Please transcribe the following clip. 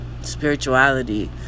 spirituality